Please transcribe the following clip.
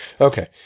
Okay